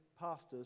pastors